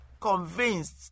convinced